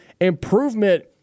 improvement